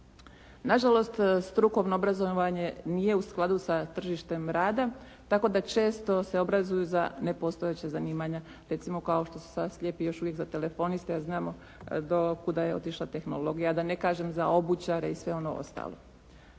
Nažalost, strukovno obrazovanje nije u skladu sa tržištem rada tako da često se obrazuju za nepostojeća zanimanja. Recimo, kao što su sada slijepi još uvijek za telefoniste jer znamo do kuda je otišla tehnologija a da ne kažem za obućare i sve ono ostalo.